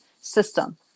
system